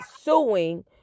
suing